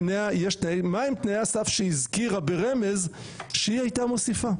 תנאי הסף שהיא הזכירה ברמז שהיא הייתה מוסיפה.